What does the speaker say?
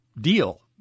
deal